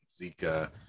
zika